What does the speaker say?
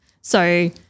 So-